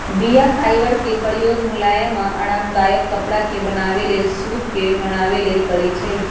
बीया फाइबर के प्रयोग मुलायम आऽ आरामदायक कपरा के बनाबे लेल सुत के बनाबे लेल करै छइ